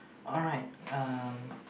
alright um